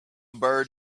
bird